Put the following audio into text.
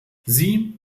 sie